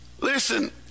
listen